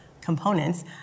components